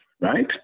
right